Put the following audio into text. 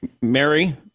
Mary